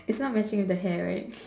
it's not matching with the hair right